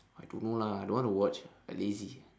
I don't know lah I don't want to watch I lazy